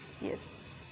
Yes